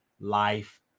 life